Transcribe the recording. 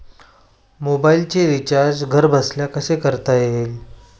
मोबाइलचे रिचार्ज घरबसल्या कसे करता येईल?